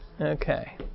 Okay